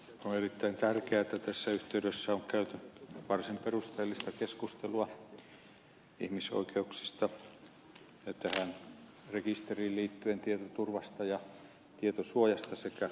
on erittäin tärkeätä että tässä yhteydessä on käyty varsin perusteellista keskustelua ihmisoikeuksista ja tähän rekisteriin liittyen tietoturvasta ja tietosuojasta sekä rekisterin käyttämisestä